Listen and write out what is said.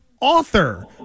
author